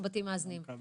רובן נדחו על הסף,